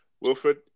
Wilfred